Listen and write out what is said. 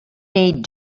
need